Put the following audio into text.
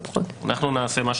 אנחנו נעשה מה